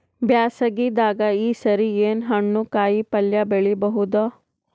ಬ್ಯಾಸಗಿ ದಾಗ ಈ ಸರಿ ಏನ್ ಹಣ್ಣು, ಕಾಯಿ ಪಲ್ಯ ಬೆಳಿ ಬಹುದ?